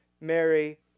Mary